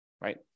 right